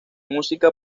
música